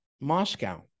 Moscow